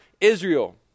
Israel